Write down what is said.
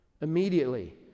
Immediately